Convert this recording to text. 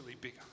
bigger